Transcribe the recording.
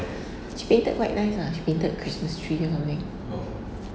she painted quite nice ah she painted christmas tree or something